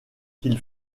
qu’il